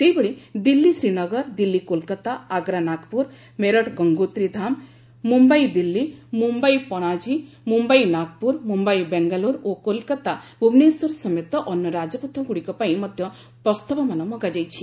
ସେହିଭଳି ଦିଲ୍ଲୀ ଶ୍ରୀନଗର ଦିଲ୍ଲୀ କୋଲକାତା ଆଗ୍ରା ନାଗପୁର ମେରଠ ଗଙ୍ଗୋତ୍ରୀ ଧାମ ମୁମ୍ବାଇ ଦିଲ୍ଲୀ ମୁମ୍ବାଇ ପଶଜୀ ମୁମ୍ବାଇ ନାଗପୁର ମୁମ୍ଘାଇ ବେଙ୍ଗାଲୁରୁ ଓ କୋଲକାତା ଭୁବନେଶ୍ୱର ସମେତ ଅନ୍ୟ ରାଜପଥଗୁଡ଼ିକ ପାଇଁ ମଧ୍ୟ ପ୍ରସ୍ତାବମାନ ମଗାଯାଇଛି